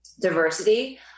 diversity